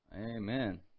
Amen